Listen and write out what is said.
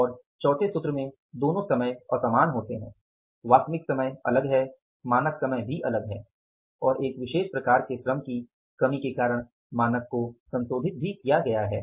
और चौथे सूत्र में दोनों समय असमान होते हैं वास्तविक समय अलग है मानक समय भी अलग है और एक विशेष प्रकार के श्रम की कमी के कारण मानक भी संशोधित किया गया है